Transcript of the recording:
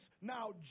now